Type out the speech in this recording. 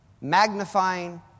magnifying